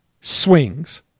swings